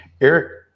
Eric